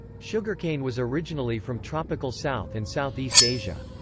sugarcane was originally from tropical south and southeast asia.